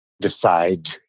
decide